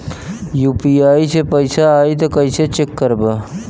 UPI से पैसा आई त कइसे चेक करब?